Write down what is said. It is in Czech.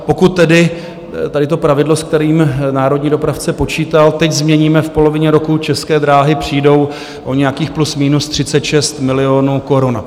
Pokud tedy to pravidlo, s kterým národní dopravce počítal, teď změníme v polovině roku, České dráhy přijdou o nějakých plus minus 36 milionů korun.